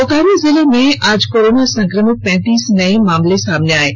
बोकारो जिले में आज कोरोना संक्रमित पैतीस नये मामले मिले है